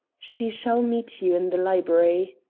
she shall meet you in the library.